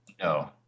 No